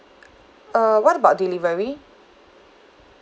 err what about delivery